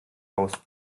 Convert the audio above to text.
aus